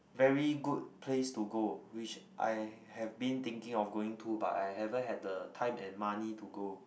very good place to go which I have been thinking of going to but I haven't had the time and money to go